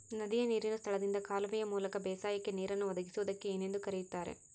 ನದಿಯ ನೇರಿನ ಸ್ಥಳದಿಂದ ಕಾಲುವೆಯ ಮೂಲಕ ಬೇಸಾಯಕ್ಕೆ ನೇರನ್ನು ಒದಗಿಸುವುದಕ್ಕೆ ಏನೆಂದು ಕರೆಯುತ್ತಾರೆ?